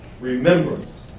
Remembrance